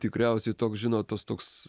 tikriausiai toks žinot tas toks